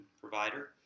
provider